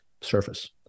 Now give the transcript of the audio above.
surface